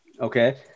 Okay